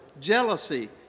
jealousy